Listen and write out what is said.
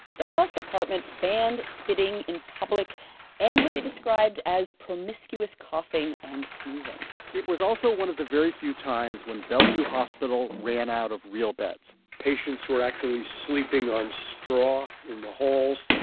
the health department banned spitting in public and what they described as promiscuous coughing and sneezing it was also one of the very few times when bellevue hospital ran out of real beds patients were actually sleeping on straw in the halls.